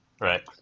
right